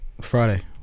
Friday